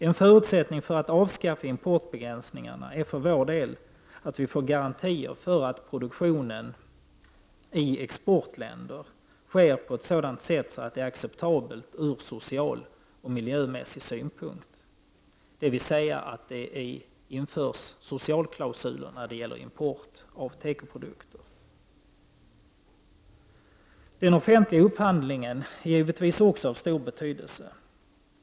En förutsättning för att avskaffa importbegränsningarna är för vår del att vi får garantier för att produktionen i exportländer sker på sådant sätt att det är acceptabelt från social och miljömässig synpunkt, dvs. att det införs socialklausuler när det gäller import av tekoprodukter. Den offentliga upphandlingen är givetvis också av stor betydelse.